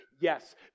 Yes